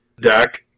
Deck